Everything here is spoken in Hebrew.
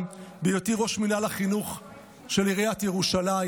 בהיותי ראש מינהל החינוך של עיריית ירושלים